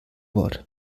wort